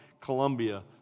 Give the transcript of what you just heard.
Colombia